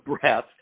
breath